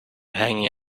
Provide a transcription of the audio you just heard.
hanging